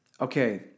okay